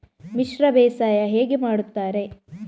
ಮಿಶ್ರ ಬೇಸಾಯ ಹೇಗೆ ಮಾಡುತ್ತಾರೆ?